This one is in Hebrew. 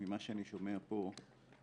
ממה שאני שומע פה,